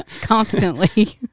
constantly